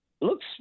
looks